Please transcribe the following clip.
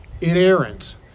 inerrant